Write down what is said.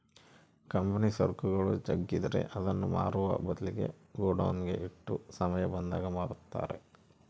ಕಂಪನಿಯ ಸರಕುಗಳು ಜಗ್ಗಿದ್ರೆ ಅದನ್ನ ಮಾರುವ ಬದ್ಲಿಗೆ ಗೋಡೌನ್ನಗ ಇಟ್ಟು ಸಮಯ ಬಂದಾಗ ಮಾರುತ್ತಾರೆ